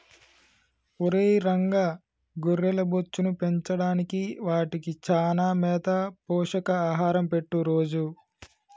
ఒరై రంగ గొర్రెల బొచ్చును పెంచడానికి వాటికి చానా మేత పోషక ఆహారం పెట్టు రోజూ